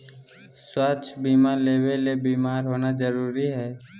स्वास्थ्य बीमा लेबे ले बीमार होना जरूरी हय?